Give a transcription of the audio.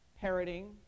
parroting